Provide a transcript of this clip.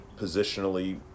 positionally